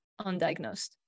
undiagnosed